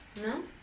No